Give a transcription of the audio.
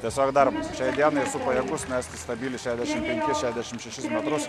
tiesiog darbas šiai dienai esu pajėgus mesti stabiliai šešiasdešimt penkis šešiadešimt šešis metrus